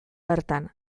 bertan